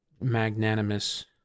magnanimous